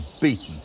beaten